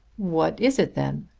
what is it then?